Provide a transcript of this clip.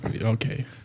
Okay